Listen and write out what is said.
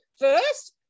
first